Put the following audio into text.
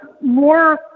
more